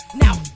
now